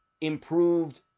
improved